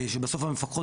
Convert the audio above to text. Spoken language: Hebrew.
שבסוף המפקחות,